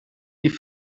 die